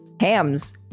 Hams